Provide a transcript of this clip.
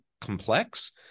complex